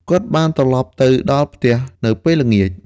គាត់បានត្រឡប់ទៅដល់ផ្ទះនៅពេលល្ងាច។